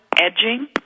edging